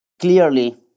Clearly